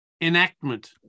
enactment